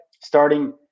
starting